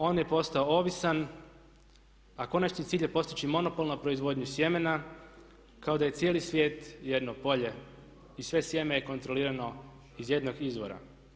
On je postao ovisan, a konačni cilj je postići monopol na proizvodnju sjemena kao da je cijeli svijet jedno polje i sve sjeme je kontrolirano iz jednog izvora.